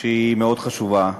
שהיא מאוד חשובה,